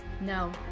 No